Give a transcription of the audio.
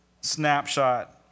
snapshot